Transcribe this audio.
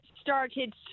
started